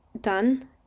done